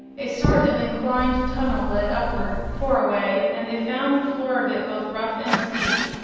a sort of inclined tunnel led upward for a way, and they found the floor of it both rough and steep.